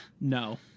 no